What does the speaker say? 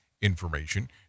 information